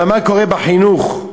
מה קורה בחינוך?